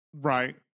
Right